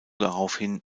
daraufhin